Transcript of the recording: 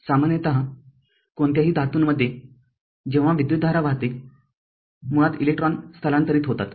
सामान्यत कोणत्याही धातूंमध्ये जेव्हा विद्युतधारा वाहतेमुळात इलेकट्रॉन स्थलांतरित होतात